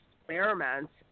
experiments